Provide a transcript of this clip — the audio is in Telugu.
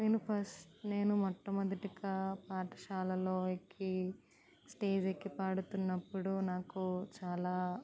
నేను ఫస్ట్ నేను మొట్టమొదటిగా పాఠశాలలో ఎక్కి స్టేజ్ ఎక్కి పాడుతున్నపుడు నాకు చాలా